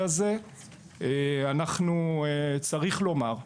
צריך לומר: